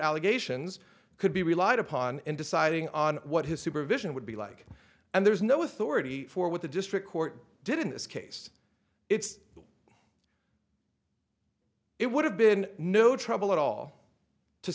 allegations could be relied upon in deciding on what his supervision would be like and there's no authority for what the district court did in this case it's it would have been no trouble at all to